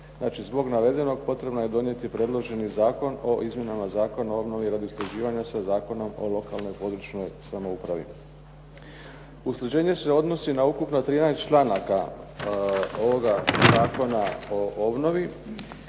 Znači, zbog navedenog potrebno je donijeti predloženi Zakon o izmjenama Zakona o obnovi radi usklađivanja sa Zakonom o lokalnoj (područnoj) samoupravi. Usklađenje se odnosi na ukupno 13 članaka ovoga Zakona o obnovi,